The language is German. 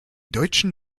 deutschen